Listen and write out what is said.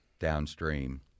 downstream